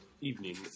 evening